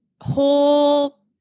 whole